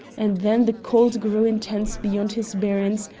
and then the cold grew intense beyond his bearance,